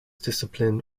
discipline